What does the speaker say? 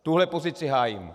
Tuhle pozici hájím.